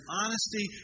honesty